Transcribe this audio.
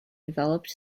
developed